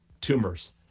tumors